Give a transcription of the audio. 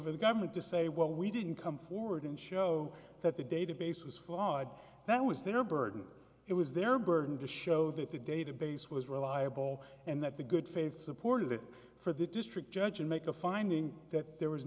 for the government to say well we didn't come forward and show that the database was flawed that was their burden it was their burden to show that the database was reliable and that the good faith supported it for the district judge and make a finding that there was